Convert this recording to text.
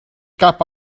cap